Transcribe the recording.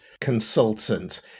consultant